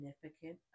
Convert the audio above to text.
significant